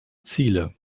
ziele